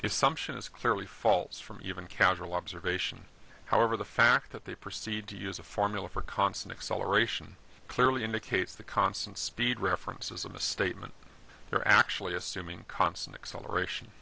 sumption is clearly falls from even casual observation however the fact that they proceed to use a formula for constant acceleration clearly indicates the constant speed reference is a misstatement or actually assuming constant acceleration